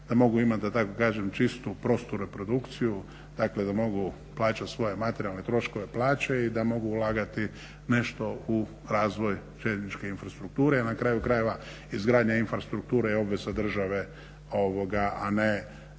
da mogu imati da tako kažem čistu, prostu reprodukciju dakle da mogu plaćati svoje materijalne troškove, plaće i da mogu ulagati nešto u razvoj željezničke infrastrukture. I na kraju krajeva izgradnja infrastrukture je obveza države, a ne